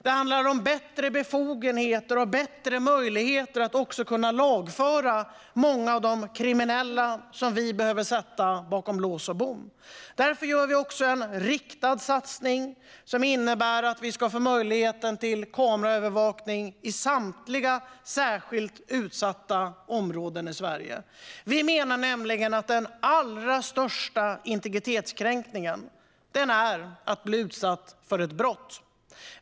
Det handlar om bättre befogenheter och bättre möjligheter att kunna lagföra många av de kriminella som vi behöver sätta bakom lås och bom. Därför vill vi göra en riktad satsning som gör att vi ska få möjlighet till kameraövervakning i samtliga särskilt utsatta områden i Sverige. Vi menar att den allra största integritetskränkningen är att bli utsatt för ett brott.